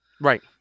Right